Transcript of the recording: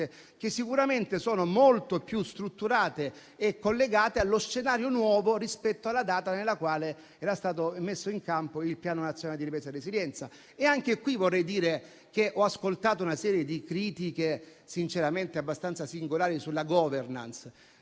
che sicuramente sono molto più strutturate e collegate allo scenario nuovo rispetto alla data nella quale era stato messo in campo il Piano nazionale di ripresa e resilienza. Ho ascoltato una serie di critiche sinceramente abbastanza singolari sulla *governance*.